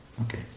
Okay